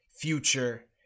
future